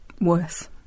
worse